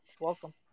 welcome